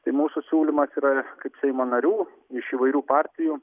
tai mūsų siūlymas yra kad seimo narių iš įvairių partijų